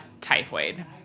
typhoid